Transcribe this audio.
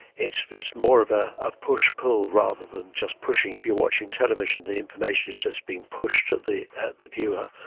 it's it's more of ah a push-pull rather than just pushing. if you're watching television, the information is just being pushed at the the viewer.